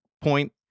point